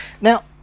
Now